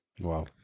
Wow